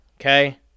Okay